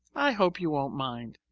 i hope you won't mind.